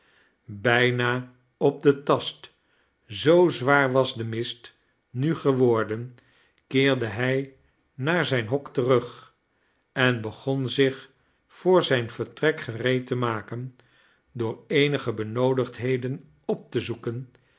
bijna op den tast zoo zwaar was de mist nu geworden keerde hij naar zijn hok terug en begon zich voor zijn vertrek gereed te maken door eenige benoodigdheden op te zoeken